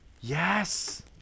Yes